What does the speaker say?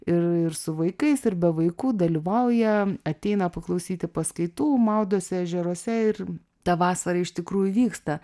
ir ir su vaikais ir be vaikų dalyvauja ateina paklausyti paskaitų maudosi ežeruose ir ta vasara iš tikrųjų vyksta